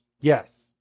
Yes